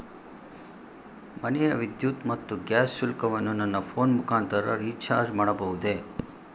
ಮನೆಯ ವಿದ್ಯುತ್ ಮತ್ತು ಗ್ಯಾಸ್ ಶುಲ್ಕವನ್ನು ನನ್ನ ಫೋನ್ ಮುಖಾಂತರ ರಿಚಾರ್ಜ್ ಮಾಡಬಹುದೇ?